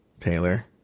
Taylor